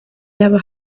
never